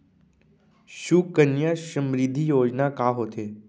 सुकन्या समृद्धि योजना का होथे